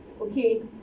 Okay